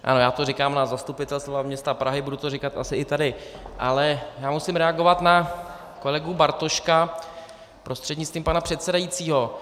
Ano, já to říkám na Zastupitelstvu hlavního města Prahy, budu to říkat asi i tady, ale musím reagovat na kolegu Bartoška prostřednictvím pana předsedajícího.